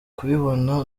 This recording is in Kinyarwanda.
kubibona